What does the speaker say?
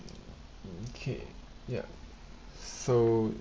okay ya so